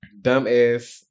dumbass